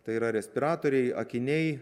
tai yra respiratoriai akiniai